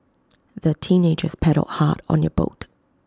the teenagers paddled hard on their boat